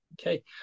Okay